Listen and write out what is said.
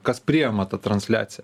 kas priima tą transliaciją